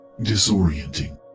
disorienting